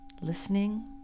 Listening